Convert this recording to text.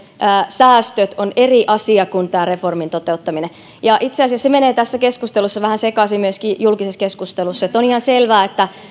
säästöt ovat eri asia kuin reformin toteuttaminen ja itse asiassa nämä menevät tässä keskustelussa vähän sekaisin myöskin julkisessa keskustelussa on ihan selvää että